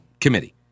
committee